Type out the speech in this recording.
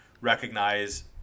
recognize